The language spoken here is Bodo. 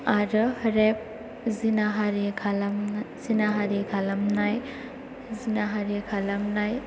आरो रेप जिनाहारि खालामनाय